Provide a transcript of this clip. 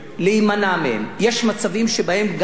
יש מצבים שבהם גם כאשר יש משפחה,